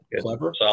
clever